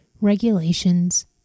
Regulations